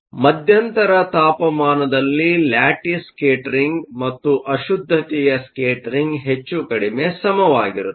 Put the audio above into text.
ಮಧ್ಯಂತರ ತಾಪಮಾನದಲ್ಲಿ lattice scattering ಮತ್ತು ಅಶುದ್ದತೆಯ ಸ್ಕೇಟರ್ ಹೆಚ್ಚು ಕಡಿಮೆ ಸಮಾನವಾಗಿರುತ್ತದೆ